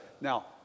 Now